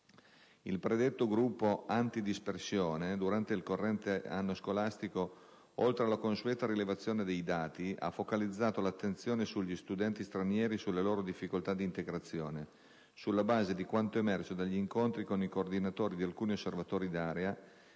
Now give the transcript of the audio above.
Il predetto gruppo anti-dispersione, durante il corrente anno scolastico, oltre alla consueta rilevazione dei dati ha focalizzato l'attenzione sugli studenti stranieri e sulle loro difficoltà di integrazione, sulla base di quanto emerso dagli incontri con i coordinatori di alcuni Osservatori d'area nei cui ambiti territoriali